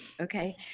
Okay